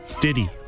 Diddy